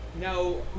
now